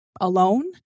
alone